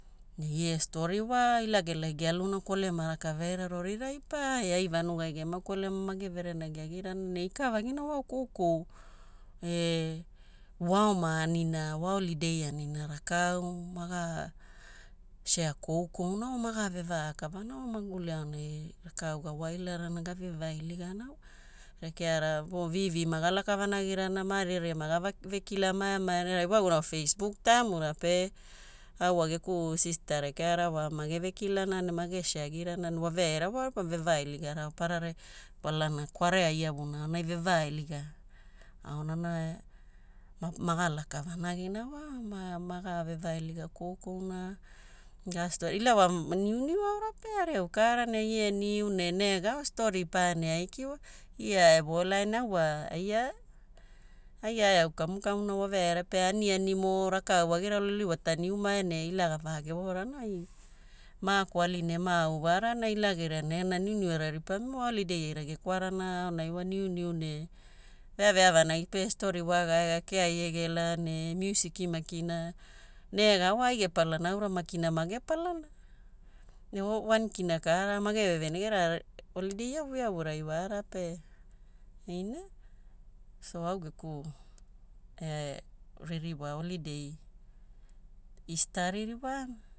Ne ie story wa ila gelai gealuna kolema rakaveaira rorirai pa e ai vanugai gema kolema mage verenagiagirana ne ikavagina wa koukou e waoma anina wa holiday anina rakau maga share koukouna wa maga vevakavana wa maguli aonai rakau gawailarana gave vailigana. Rekeara wa vivi magalaka vanagirana maeria vekila maemaerana. Ewaguna wa facebook taimura pe au wa geku sister rekeara wa mage vekilana ne mage share agirana ne waveaira wa ripamu vevailigara maparara kwalana kwarea iavuna aonai veveailiga aonana maga laka vanagina wa maga vevailiga koukouna ga story na. Ila wa niuniu aura pe aria au kaara ne ie niu ne nega wa story pane aiki wa. Ia evoola na au wa ai aeau kamukamuna waveaira pe anianimo rakau wagira loliwota niumae ne ila gavagevorana. Makoali ne mau wara na ila geria ne na niuniu aura ripami wa holiday aira gekwarana aonai wa niuniu ne veavea vanagi pe story, kea ie gela ne musiki makina nega wa ai gepalana aura makina mage palana. Wankina kaara mageveveni agirana era wa holiday iavuiavura wara pe ina so au geku ririwa holiday Easter aririwaana.